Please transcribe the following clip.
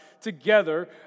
together